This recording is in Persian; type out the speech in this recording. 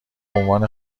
عنوان